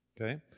okay